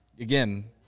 again